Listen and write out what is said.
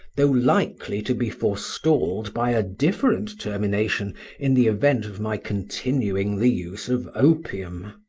though likely to be forestalled by a different termination in the event of my continuing the use of opium.